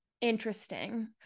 Interesting